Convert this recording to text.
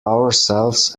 ourselves